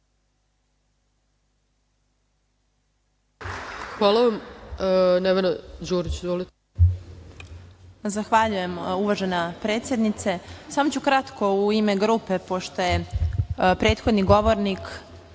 Hvala vam. Nevena Đorić.